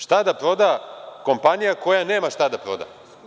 Šta da proda kompanija koja nema šta da proda?